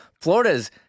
Florida's